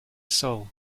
soul